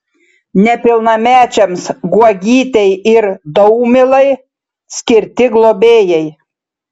nepilnamečiams guogytei ir daumilai skirti globėjai